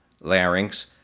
larynx